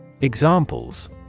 Examples